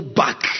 back